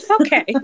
Okay